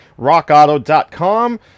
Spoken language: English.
rockauto.com